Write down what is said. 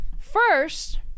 first